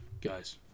guys